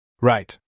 Right